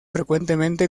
frecuentemente